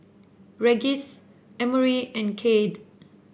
Regis Emory and Cade